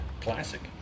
Classic